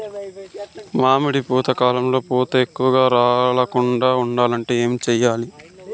మామిడి పూత కాలంలో పూత ఎక్కువగా రాలకుండా ఉండాలంటే ఏమి చెయ్యాలి?